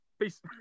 peace